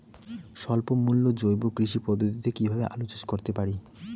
স্বল্প মূল্যে জৈব কৃষি পদ্ধতিতে কীভাবে আলুর চাষ করতে পারি?